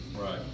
Right